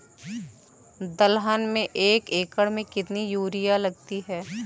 दलहन में एक एकण में कितनी यूरिया लगती है?